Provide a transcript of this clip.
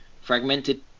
Fragmented